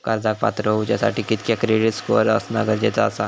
कर्जाक पात्र होवच्यासाठी कितक्या क्रेडिट स्कोअर असणा गरजेचा आसा?